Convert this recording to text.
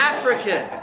African